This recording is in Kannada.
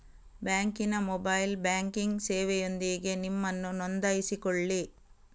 ಬ್ಯಾಂಕಿನ ಮೊಬೈಲ್ ಬ್ಯಾಂಕಿಂಗ್ ಸೇವೆಯೊಂದಿಗೆ ನಿಮ್ಮನ್ನು ನೋಂದಾಯಿಸಿಕೊಳ್ಳಿ